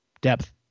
Depth